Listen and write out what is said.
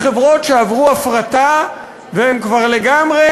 לחברות שעברו הפרטה והן כבר לגמרי,